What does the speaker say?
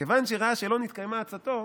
"כיוון שראה שלא נתקיימה עצתו"